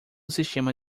sistema